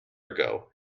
ago